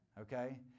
Okay